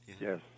yes